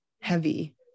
heavy